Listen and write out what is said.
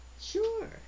Sure